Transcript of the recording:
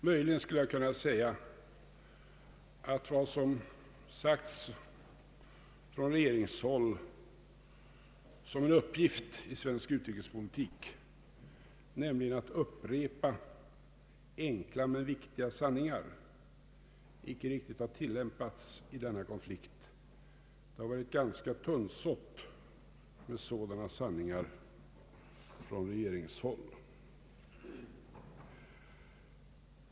Möjligen skulle jag kunna säga att vad som från regeringshåll framhållits som en uppgift i svensk utrikespolitik, nämligen att upprepa enkla men viktiga sanningar, icke riktigt har tillämpats i denna konflikt. Det har varit ganska tunnsått med sådana sanningar från regeringshåll.